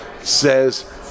says